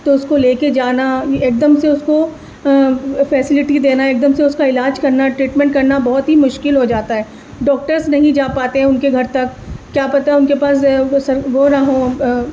تو اس کو لے کے جانا ایک دم سے اس کو فیسلٹی دینا ایک دم سے اس کا علاج کرنا ٹریٹمنٹ کرنا بہت ہی مشکل ہو جاتا ہے ڈاکٹرس نہیں جا پاتے ہیں ان کے گھر تک کیا پتا ان کے پاس وہ سر وہ نہ ہوں